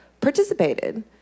participated